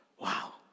Wow